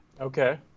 Okay